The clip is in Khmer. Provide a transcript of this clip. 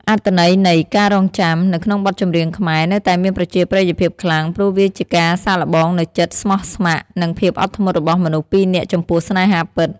អត្ថន័យនៃ "ការរង់ចាំ" នៅក្នុងបទចម្រៀងខ្មែរ នៅតែមានប្រជាប្រិយភាពខ្លាំង ព្រោះវាជាការសាកល្បងនូវចិត្តស្មោះស្ម័គ្រ និងភាពអត់ធ្មត់របស់មនុស្សពីរនាក់ចំពោះស្នេហាពិត។